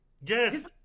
Yes